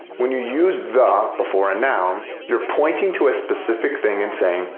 when you use the before a noun, you're pointing to a specific thing and saying,